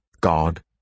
God